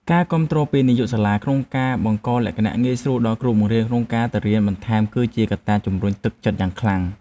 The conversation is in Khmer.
ការគាំទ្រពីនាយកសាលាក្នុងការបង្កលក្ខណៈងាយស្រួលដល់គ្រូបង្រៀនក្នុងការទៅរៀនបន្ថែមគឺជាកត្តាជំរុញទឹកចិត្តយ៉ាងខ្លាំង។